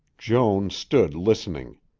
joan stood listening.